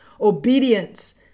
obedience